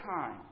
time